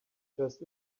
just